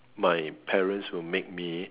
my parents will make me